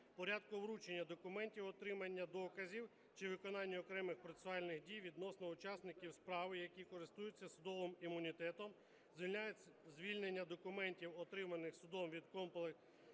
порядку вручення документів, отримання доказів чи виконання окремих процесуальних дій відносно учасників справи, які користуються судовим імунітетом, звільнення документів, отриманих судом від компетентної